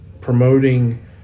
promoting